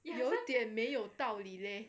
有一点没有道理 leh